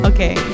Okay